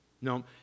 no